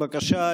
בבקשה.